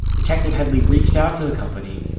detective headley reached out to the company,